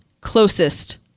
closest